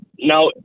Now